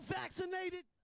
vaccinated